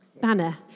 banner